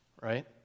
Right